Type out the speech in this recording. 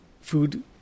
food